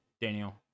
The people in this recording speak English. Daniel